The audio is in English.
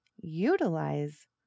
utilize